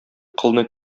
кылны